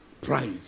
Pride